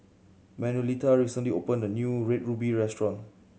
Manuelita recently opened a new Red Ruby restaurant